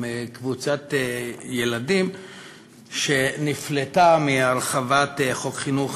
קבוצת ילדים שנפלטה מהרחבת חוק חינוך,